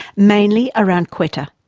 mainly around quetta.